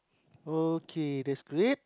okay that's great